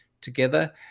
together